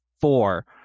four